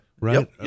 Right